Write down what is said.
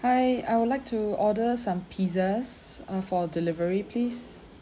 hi I would like to order some pizzas uh for delivery please